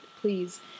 please